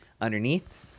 underneath